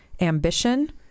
Ambition